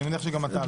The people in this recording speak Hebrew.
אני מניח שגם אתה לא.